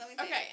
Okay